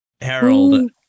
Harold